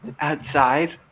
outside